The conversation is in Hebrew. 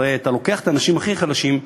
הרי אתה לוקח את האנשים הכי חלשים,